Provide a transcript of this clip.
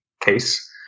case